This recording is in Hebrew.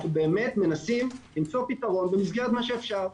אנחנו באמת מנסים למצוא פתרון במסגרת מה שאפשר.